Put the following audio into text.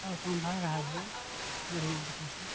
आओर काम भए रहल हँ बढ़िआँ तरहसे